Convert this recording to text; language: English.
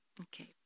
Okay